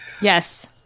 yes